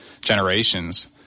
generations